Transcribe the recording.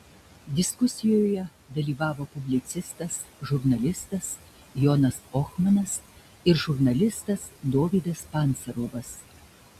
diskusijoje dalyvavo publicistas žurnalistas jonas ohmanas ir žurnalistas dovydas pancerovas